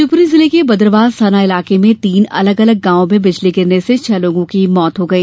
शिवप्री जिले के बदरवास थाना इलाके में तीन अलग अलग गांव में बिजली गिरने से छह लोगों की मौत हो गई